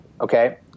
Okay